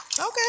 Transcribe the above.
Okay